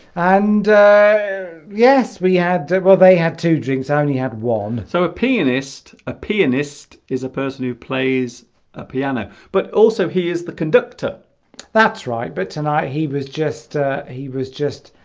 and yes we had well they had two drinks ah and only had one so a pianist a pianist is a person who plays a piano but also he is the conductor that's right but tonight he was just he was just